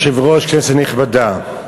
אדוני היושב-ראש, כנסת נכבדה,